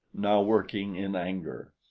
now working in anger.